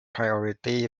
priority